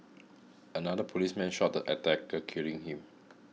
another policeman shot the attacker killing him